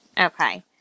okay